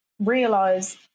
realize